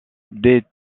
des